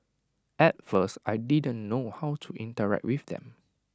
at first I didn't know how to interact with them